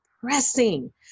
pressing